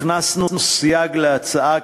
הכנסנו סייג להצעה,